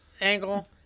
angle